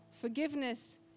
Forgiveness